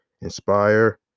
inspire